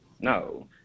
no